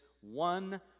one